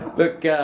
look,